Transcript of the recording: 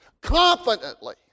confidently